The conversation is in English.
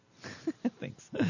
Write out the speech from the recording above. Thanks